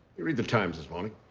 you read the times this morning?